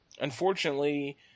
unfortunately